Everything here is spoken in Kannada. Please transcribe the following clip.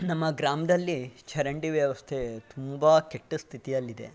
ನಮ್ಮ ಗ್ರಾಮದಲ್ಲಿ ಚರಂಡಿ ವ್ಯವಸ್ಥೆ ತುಂಬ ಕೆಟ್ಟ ಸ್ಥಿತಿಯಲ್ಲಿದೆ